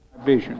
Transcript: Vision